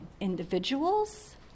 individuals